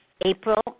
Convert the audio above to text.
april